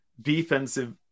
defensive